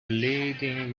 lending